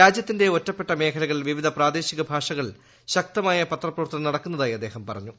രാജ്യത്തിന്റെ ഒറ്റപ്പെട്ട മേഖലകളിൽ വിവിധ പ്രാദേശിക ഭാഷകളിൽ ശക്തമായ പത്രപ്രവർത്തനം നടക്കുന്നതായി അദ്ദേഹം പറഞ്ഞു